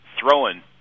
throwing